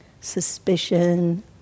Suspicion